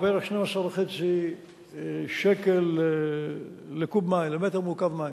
הוא בערך 12.5 שקל למטר מעוקב מים.